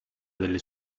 delle